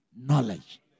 Knowledge